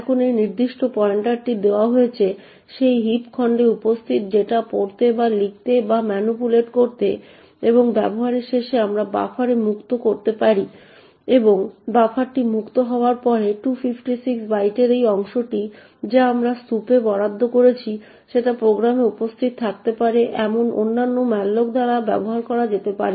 এখন এই নির্দিষ্ট পয়েন্টারটি দেওয়া হয়েছে সেই হিপ খণ্ডে উপস্থিত ডেটা পড়তে বা লিখতে বা ম্যানিপুলেট করতে এবং ব্যবহার শেষে আমরা বাফারে মুক্ত করতে পারি এবং বাফারটি মুক্ত হওয়ার পরে 256 বাইটের সেই অংশটি যা আমরা স্তুপে বরাদ্দ করেছি সেটা প্রোগ্রামে উপস্থিত থাকতে পারে এমন অন্যান্য malloc দ্বারা ব্যবহার করা যেতে পারে